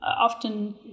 often